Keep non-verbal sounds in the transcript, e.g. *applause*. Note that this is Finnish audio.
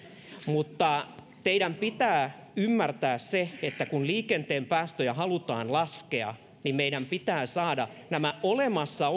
mutta teidän pitää ymmärtää se että kun liikenteen päästöjä halutaan laskea niin meidän pitää saada näiden olemassa *unintelligible*